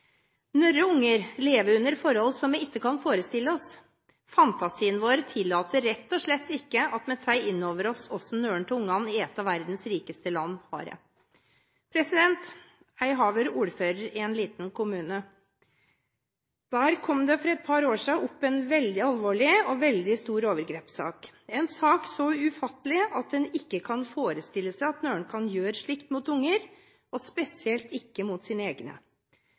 Noen unger lever under forhold som vi ikke kan forestille oss. Fantasien vår tillater rett og slett ikke at vi tar inn over oss hvordan noen av ungene i et av verdens rikeste land har det. Jeg har vært ordfører i en liten kommune. Der kom det for et par år siden opp en veldig alvorlig og veldig stor overgrepssak – en sak så ufattelig at en ikke kan forestille seg at noen kan gjøre slikt mot unger, og spesielt ikke mot sine egne,